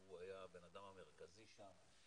הוא היה הבנאדם המרכזי שם,